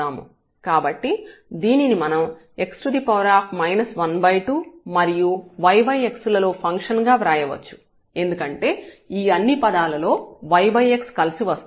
కాబట్టి దీనిని మనం x 12 మరియు yx లలో ఫంక్షన్ గా వ్రాయవచ్చు ఎందుకంటే ఈ అన్ని పదాలలో yx కలసి వస్తుంది